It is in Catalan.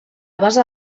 base